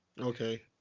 Okay